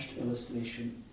illustration